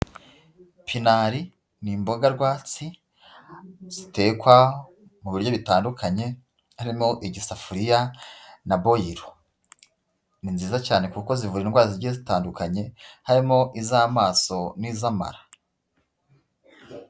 Pinari ni imboga rwatsi zitekwa mu buryo butandukanye harimo igisafuriya na boyiro. Ni nziza cyane kuko zivura indwara zigiye zitandukanye harimo iz'amaso n'iz'amara.